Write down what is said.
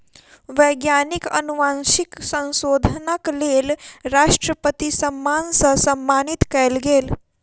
वैज्ञानिक अनुवांशिक संशोधनक लेल राष्ट्रपति सम्मान सॅ सम्मानित कयल गेल